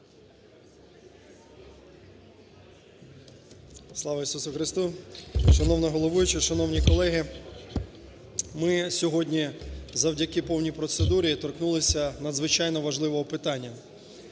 Слава Ісусу Христу! Шановна головуюча, шановні колеги, ми сьогодні завдяки повній процедурі торкнулися надзвичайно важливого питання.